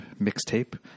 mixtape